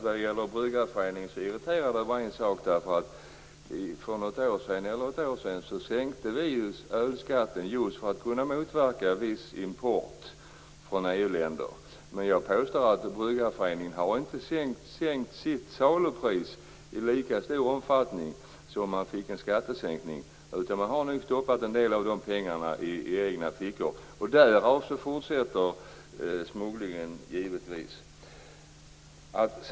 Vad gäller Bryggareföreningen är det däremot en sak som irriterar mig. För något år sedan sänkte vi ölskatten just för att kunna motverka viss import från EU-länder, men jag påstår att Bryggareföreningen inte har sänkt sitt salupris i lika stor omfattning som skattesänkningen. Man har nog stoppat en del av de pengarna i egen ficka. Därför fortsätter smugglingen givetvis.